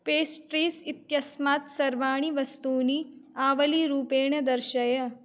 pastries इत्यस्मात् सर्वाणि वस्तूनि आवलीरूपेण दर्शय